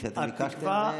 כשאתם ביקשתם,